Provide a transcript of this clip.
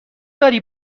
داری